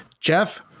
jeff